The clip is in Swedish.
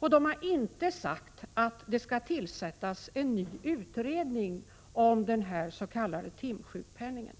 Verket har inte sagt att det skall tillsättas en ny utredning om den s.k. timsjukpenningen.